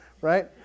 right